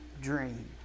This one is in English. dream